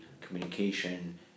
communication